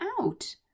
out